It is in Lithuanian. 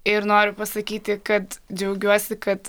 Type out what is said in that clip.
ir noriu pasakyti kad džiaugiuosi kad